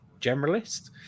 generalist